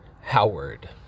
Howard